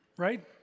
right